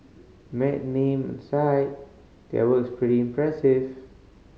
mad name aside their work is pretty impressive